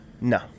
No